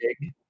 big